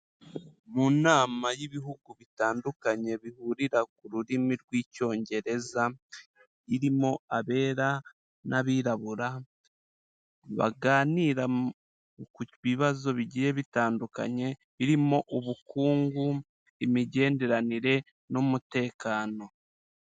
Mu nama y'ibihugu bitandukanye bihurira ku rurimi rw'icyongereza irimo abera n'abirabura baganira kubibazo bigiye bitandukanye birimo ubukungu, imigenderanire n'umutekano.